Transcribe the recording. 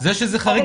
זה שזה חריג,